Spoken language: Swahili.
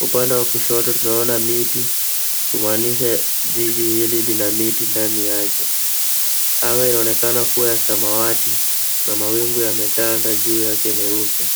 Upande wa kushoto tunaona miti kumaanisha jiji hili lina miti ndani yake. Anga inaonekana kuwa ya samawati na mawingu yametanda juu yake meupe.